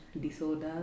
disorders